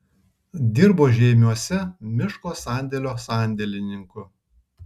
dirbo žeimiuose miško sandėlio sandėlininku